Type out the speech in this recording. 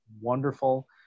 wonderful